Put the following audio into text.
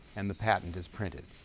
and the patent is printed.